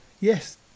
yes